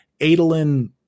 Adolin